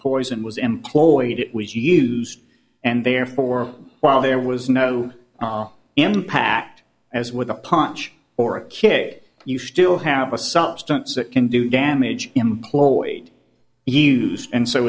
poison was employed it was used and therefore while there was no impact as with a punch or a kid you still have a substance that can do damage employed used and so